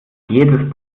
jedes